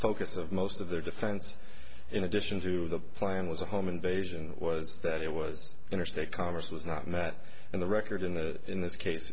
focus of most of their defense in addition to the plan was a home invasion was that it was interstate commerce was not and that and the record in the in this case